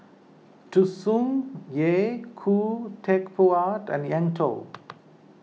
Tsung Yeh Khoo Teck Puat and Eng Tow